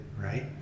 right